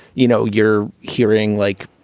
you know, you're hearing like,